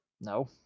No